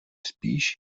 spíš